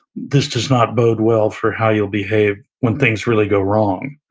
this does not bode well for how you'll behave when things really go wrong.